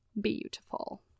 beautiful